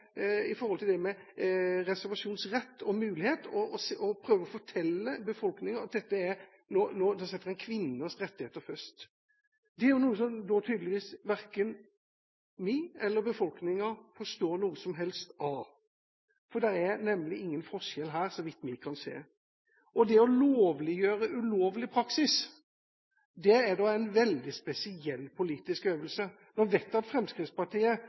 fortelle befolkningen at da setter en kvinners rettigheter først. Det er noe som tydeligvis verken vi eller befolkningen forstår noe som helst av, for det er nemlig ingen forskjell her, så vidt vi kan se, og det å lovliggjøre ulovlig praksis er da en veldig spesiell politisk øvelse. Nå vet jeg at Fremskrittspartiet